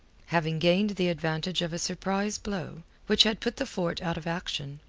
having gained the advantage of a surprise blow, which had put the fort out of action,